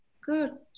Good